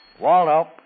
Waldo